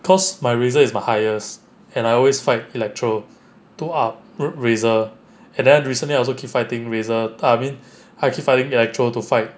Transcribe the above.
cause my razor is my highest and I always fight electro to up ra~ razer and then recently I also keep fighting razor err I mean I keep finding the electro to fight